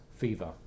Fever